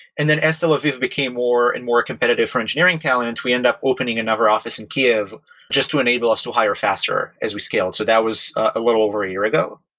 and then as tel aviv became more and more competitive for engineering talent, we ended up opening another office in kiev just to enable us to hire faster as we scaled. so that was a little over a year ago.